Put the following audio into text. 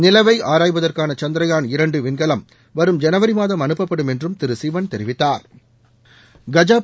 நிலவை ஆராய்வதற்கானசந்த்ரயான் இரண்டுவிண்கலம் வரும் ஜனவரிமாதம் அனுப்பப்படும் என்றும் திருசிவன் தெரிவித்தாா்